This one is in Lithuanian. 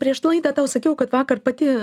prieš laidą tau sakiau kad vakar pati